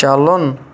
چَلُن